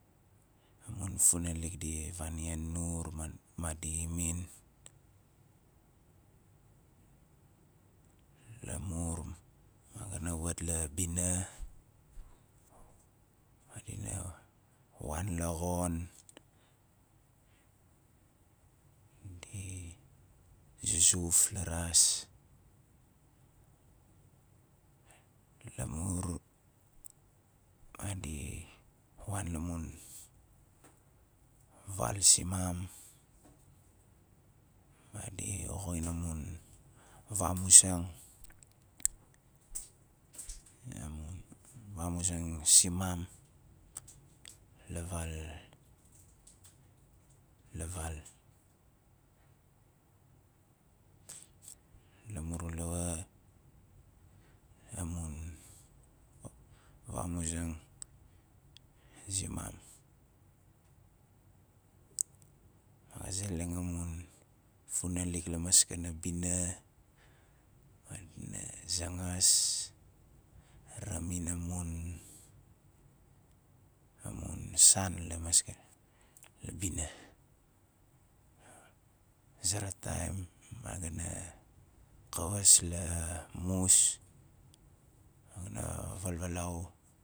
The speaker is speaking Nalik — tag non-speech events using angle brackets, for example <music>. Amun funalik di vani nur ma madi imin laur maga na wat la bina madina wan la xon di zuzuf la raas lamur madi wan la mun val simam madi woxin amun vamuzang amun vamuzang simam la val- la val lamur lawa amun vamuzang zimam <unintelligible> zeleng amun funalik la maskana bina madina zangas ramin amum amun san la maskana la bina a zera taim ma ga na kawas la mus ma ga na valvalau